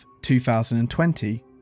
2020